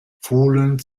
fohlen